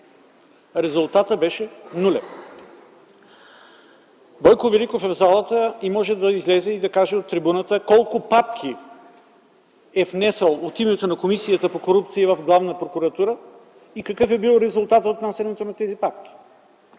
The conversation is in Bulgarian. Резултатът беше нулев! Бойко Великов е в залата, може да излезе и да каже от трибуната колко папки е внесъл от името на Комисията за борба с корупцията в Главна прокуратура и какъв е бил резултатът от внасянето на тези папки.